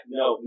no